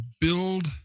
build